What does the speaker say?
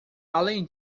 além